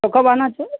तो कब आना है